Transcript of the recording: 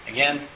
Again